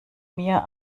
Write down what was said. mir